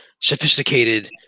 sophisticated